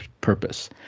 purpose